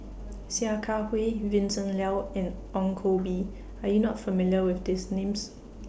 Sia Kah Hui Vincent Leow and Ong Koh Bee Are YOU not familiar with These Names